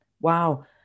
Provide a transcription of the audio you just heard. Wow